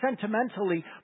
sentimentally